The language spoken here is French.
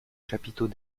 chapiteaux